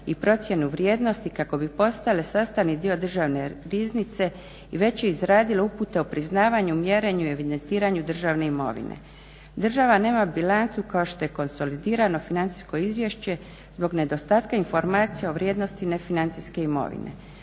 i procjenu vrijednosti kako bi postale sastavni dio Državne riznice i već je izradilo upute o priznavanju, mjerenju i evidentiranju državne imovine. Država nema bilancu kao što je konsolidirano financijsko izvješće zbog nedostatka informacija o vrijednosti nefinancijske imovine.